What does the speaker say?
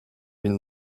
bin